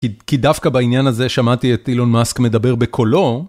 כי דווקא בעניין הזה שמעתי את אילון מאסק מדבר בקולו...